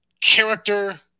character